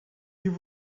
you